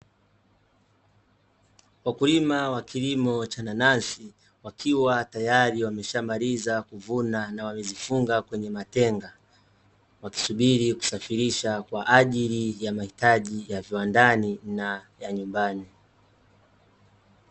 Wakulima wa kilimo cha nanasi, wakiwa tayari wameshamaliza kuvuna na wamezifunga kwenye matenga, wakisubiri kusafirisha kwaajili ya mahitaji ya viwandani na ya nyumbani.